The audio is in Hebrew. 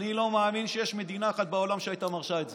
אני לא מאמין שיש מדינה אחת בעולם שהייתה מרשה את זה.